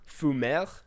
fumer